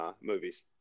movies